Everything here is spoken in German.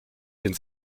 den